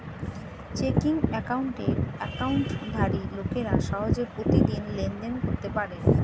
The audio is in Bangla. চেকিং অ্যাকাউন্টের অ্যাকাউন্টধারী লোকেরা সহজে প্রতিদিন লেনদেন করতে পারে